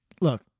Look